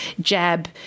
jab